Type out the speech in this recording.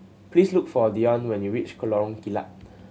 please look for Deion when you reach Lorong Kilat